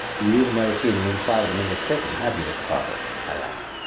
you've never seen the inside of an english prison, have you, mr. parker? i asked.